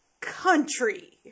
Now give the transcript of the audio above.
country